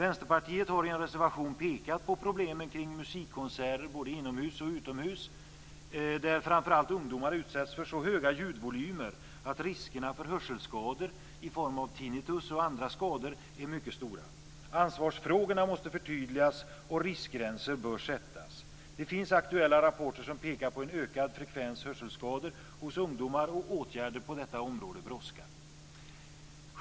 Vänsterpartiet har i en reservation pekat på problemen kring musikkonserter både inomhus och utomhus där framför allt ungdomar utsätts för så höga ljudvolymer att riskerna för hörselskador i form av tinnitus och andra skador är mycket stora. Asvarsfrågorna måste förtydligas och riskgränser bör sättas. Det finns aktuella rapporter som pekar på en ökad frekvens av hörselskador hos ungdomar, och åtgärder på detta område brådskar.